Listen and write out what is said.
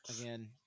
Again